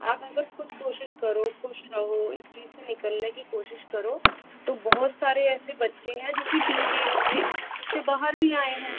आप अगर खुद कोशिश करो खुश रहो इस चीज से निकलने की कोशिश करो तो बहुत सारे ऐसे बच्चे हैं जो टीन ऐज में इससे बाहर भी आए है